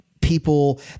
people